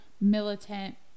militant